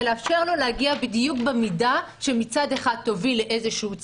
לאשר לו להגיע בדיוק במידה שמצד אחד תוביל לאיזשהו צמצום,